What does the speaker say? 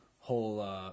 whole